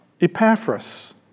Epaphras